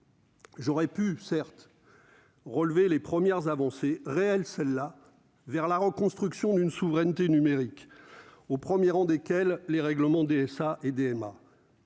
J'aurais pu certes relever les premières avancées réelles celle-là vers la reconstruction d'une souveraineté numérique au 1er rang desquels les règlements DSA et DMA